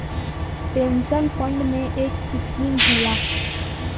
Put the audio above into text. pension fund में एक scheme होला